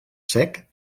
sec